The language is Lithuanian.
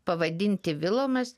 pavadinti vilomis